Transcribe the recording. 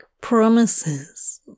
promises